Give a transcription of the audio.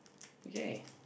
okay